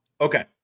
Okay